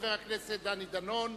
חבר הכנסת דני דנון,